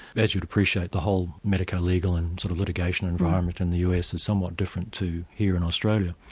as you'd appreciate the whole medico-legal and sort of litigation environment in the us is somewhat different to here in australia.